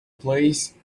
place